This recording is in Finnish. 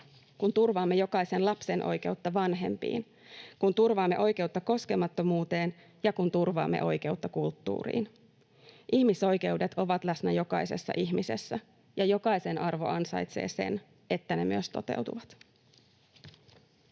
kun turvaamme jokaisen lapsen oikeutta vanhempiin, kun turvaamme oikeutta koskemattomuuteen ja kun turvaamme oikeutta kulttuuriin. Ihmisoikeudet ovat läsnä jokaisessa ihmisessä, ja jokaisen arvo ansaitsee sen, että ne myös toteutuvat.